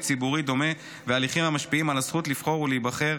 ציבורי דומה להליכים המשפיעים על זכות לבחור ולהיבחר.